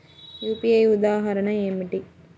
UPI ఉదాహరణ ఏమిటి?